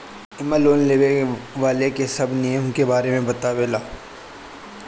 एमे bank loan लेवे वाला के सब नियम के बारे में बतावे ला